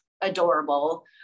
adorable